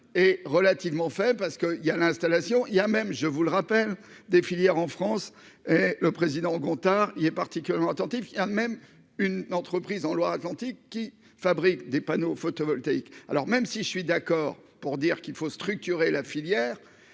est relativement enfin parce que il y a l'installation il y a même, je vous le rappelle, des filières en France le président Gontard, il est particulièrement attentif, il y a même une entreprise en Loire-Atlantique, qui fabrique des panneaux photovoltaïques, alors même si je suis d'accord pour dire qu'il faut structurer la filière,